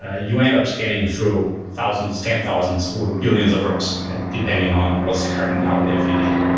ah you end up scanning through thousands, ten thousands, or billions of rows depending on what's the cardinality of your data.